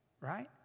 right